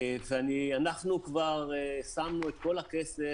אנחנו כבר שמנו את כל הכסף,